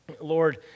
Lord